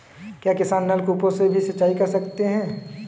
क्या किसान नल कूपों से भी सिंचाई कर सकते हैं?